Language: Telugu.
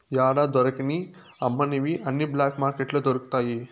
యాడా దొరకని అమ్మనివి అన్ని బ్లాక్ మార్కెట్లో దొరుకుతాయి